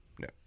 No